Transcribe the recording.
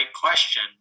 question